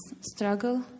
struggle